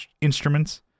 instruments